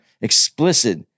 explicit